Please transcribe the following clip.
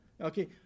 Okay